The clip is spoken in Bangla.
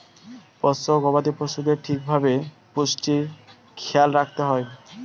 পোষ্য গবাদি পশুদের ঠিক ভাবে পুষ্টির খেয়াল রাখতে হয়